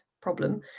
problem